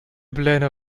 pläne